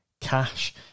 cash